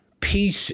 Peace